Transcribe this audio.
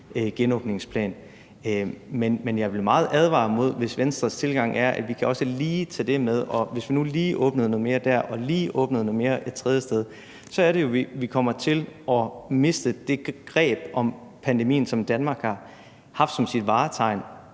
genåbningsplan. Men jeg vil advare meget imod det, hvis Venstres tilgang er, at vi også lige kan tage det med, og at vi også lige kan åbne lidt mere et andet sted, og at vi lige kan åbne lidt mere et tredje sted, for så er det jo, vi kommer til at miste det greb om pandemien, som Danmark har haft som sit vartegn,